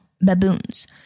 baboons